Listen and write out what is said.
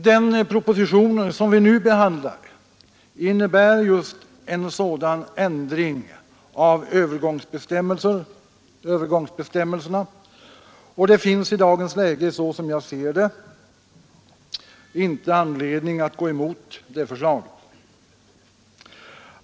Den proposition som vi nu behandlar innebär just en sådan ändring av övergångsbestäm melserna, och det finns i dagens läge, så som jag ser det, ingen anledning att gå emot det förslaget.